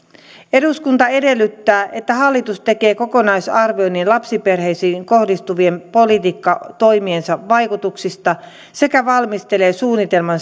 eduskunta edellyttää että hallitus tekee kokonaisarvioinnin lapsiperheisiin kohdistuvien politiikkatoimiensa vaikutuksista sekä valmistelee suunnitelman